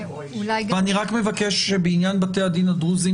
אני רק מבקש שבעניין בתי הדין הדרוזים,